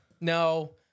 No